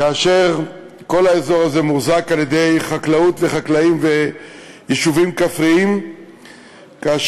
כאשר כל האזור הזה מוחזק על-ידי חקלאות וחקלאים ויישובים כפריים וכאשר